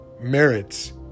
merits